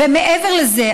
ומעבר לזה,